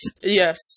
Yes